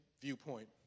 viewpoint